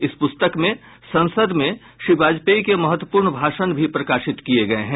इस पुस्तक में संसद में श्री वाजपेयी के महत्वपूर्ण भाषण भी प्रकाशित किये गए हैं